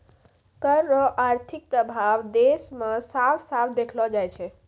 कर रो आर्थिक प्रभाब देस मे साफ साफ देखलो जाय छै